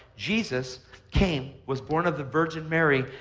jesus came, was born of the virgin mary,